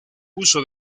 uso